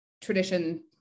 tradition